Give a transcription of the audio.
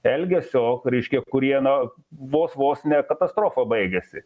elgesio reiškia kurie na vos vos ne katastrofa baigiasi